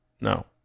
No